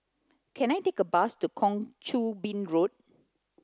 can I take a bus to Kang Choo Bin Road